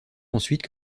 ensuite